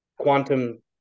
quantum